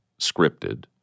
scripted